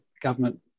government